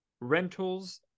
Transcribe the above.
rentals